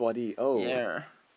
ya